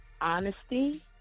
honesty